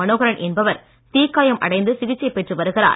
மனோகரன் என்பவர் தீக்காயம் அடைந்து சிகிச்சை பெற்று வருகிறது